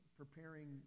preparing